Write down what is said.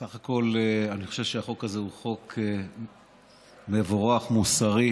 סך הכול אני חושב שהחוק הזה הוא חוק מבורך, מוסרי.